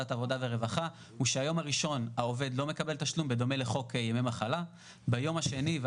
עשינו מקצה שיפורים